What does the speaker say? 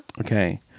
Okay